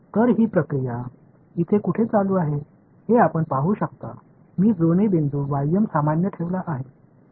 तर ही प्रक्रिया इथे कुठे चालू आहे हे आपण पाहू शकता मी जुळणी बिंदू सामान्य ठेवला आहे